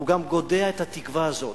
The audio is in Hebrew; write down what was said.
הוא גם גודע את התקווה הזאת,